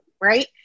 right